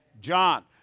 John